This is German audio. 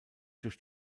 durch